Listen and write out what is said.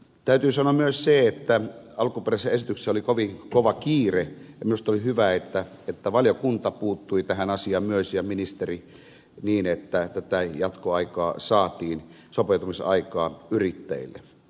täytyy sanoa myös se että alkuperäisessä esityksessä oli kovin kova kiire ja minusta oli hyvä että valiokunta ja ministeri puuttuivat tähän asiaan myös niin että tätä jatkoaikaa sopeutumisaikaa saatiin yrittäjille